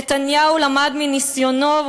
נתניהו למד מניסיונו,